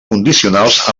condicionals